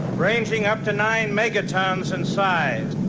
ranging up to nine megatons in size.